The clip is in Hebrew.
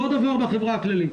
אותו דבר בחברה הכללית.